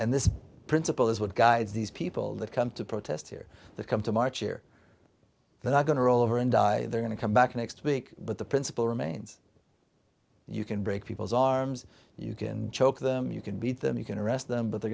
and this principle is what guides these people that come to protest here come to march here they're not going to roll over and die they're going to come back next week but the principle remains you can break people's arms you can choke them you can beat them you can arrest them but they're